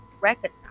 recognize